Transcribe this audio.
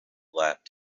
left